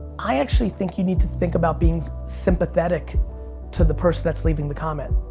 i actually think you need to think about being sympathetic to the person that's leaving the comment.